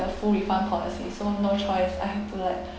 the full refund policy so no choice I have to like